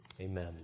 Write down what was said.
Amen